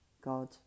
God